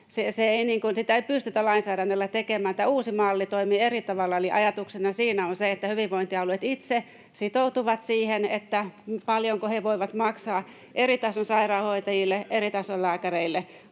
Sitä ei pystytä lainsäädännöllä tekemään. Tämä uusi malli toimii eri tavalla, eli ajatuksena siinä on se, että hyvinvointialueet itse sitoutuvat siihen, paljonko he voivat maksaa eri tason sairaanhoitajille, eri tason lääkäreille